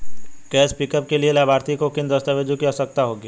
Cash pickup के लिए लाभार्थी को किन दस्तावेजों की आवश्यकता होगी?